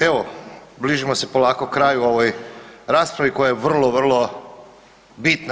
Evo bližimo se polako kraju ovoj raspravi koja je vrlo, vrlo bitna.